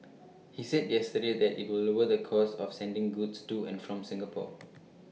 he said yesterday that IT will lower the costs of sending goods to and from Singapore